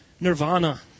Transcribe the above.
nirvana